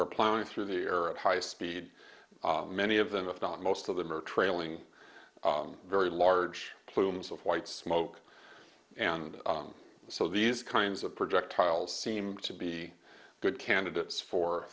are plowing through the air at high speed many of them if not most of them are trailing very large plumes of white smoke and so these kinds of projectiles seem to be good candidates for